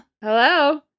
Hello